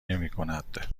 نمیکند